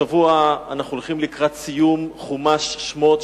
השבוע אנחנו הולכים לקראת סיום חומש שמות,